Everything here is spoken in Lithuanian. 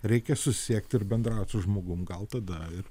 reikia susisiekt ir bendraut su žmogum gal tada ir